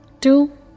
two